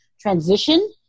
transition